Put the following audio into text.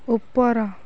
ଉପର